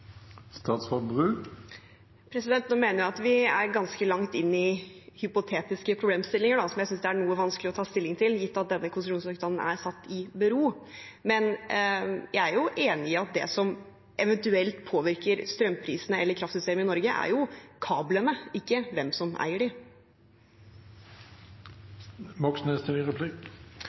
Nå mener jeg at vi er ganske langt inne i hypotetiske problemstillinger som jeg synes det er noe vanskelig å ta stilling til, gitt at denne konsesjonssøknaden er stilt i bero. Men jeg er jo enig i at det som eventuelt påvirker strømprisene eller kraftsystemet i Norge, er kablene, ikke hvem som eier